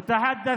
כי הוא נבהל.